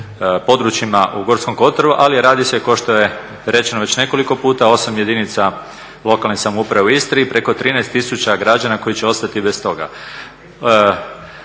područjima u Gorskom kotaru ali i radi se kao što je rečeno već nekoliko puta 8 jedinica lokalne samouprave u Istri i preko 13 tisuća građana koji će ostati bez toga.